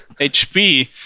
HP